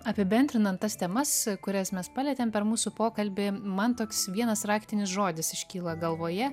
apibendrinant tas temas kurias mes palietėm per mūsų pokalbį man toks vienas raktinis žodis iškyla galvoje